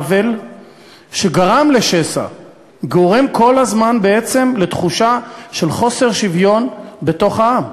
עוול שגרם לשסע הגורם כל הזמן בעצם לתחושה של חוסר שוויון בתוך העם.